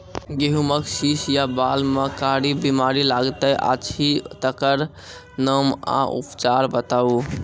गेहूँमक शीश या बाल म कारी बीमारी लागतै अछि तकर नाम आ उपचार बताउ?